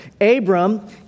Abram